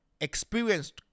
experienced